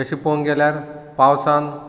तशी पळोवंक गेल्यार पावसान